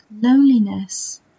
Loneliness